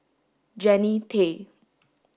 Jannie Tay